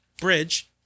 bridge